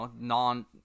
non